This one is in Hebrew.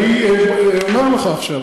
אני אומר לך עכשיו,